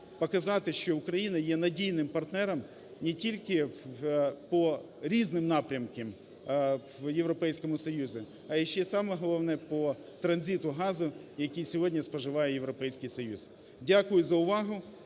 показати, що Україна є надійним партнером не тільки по різним напрямкам в Європейському Союзі, але ще й саме головне – по транзиту газу, який сьогодні споживає Європейський Союз. Дякую за увагу,